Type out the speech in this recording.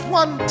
one